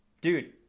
dude